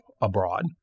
abroad